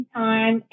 time